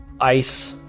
ice